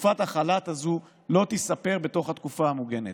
תקופת החל"ת הזו לא תיספר בתוך התקופה המוגנת.